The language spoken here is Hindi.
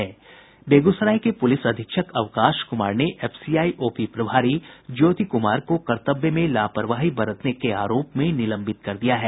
बेगूसराय के पूलिस अधीक्षक अवकाश कूमार ने एफसीआई ओपी प्रभारी ज्योति कुमार को कर्तव्य में लापरवाही बरतने के आरोप में निलंबित कर दिया है